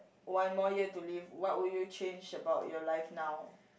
one more year to live what would you change about your life now